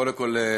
קודם כול,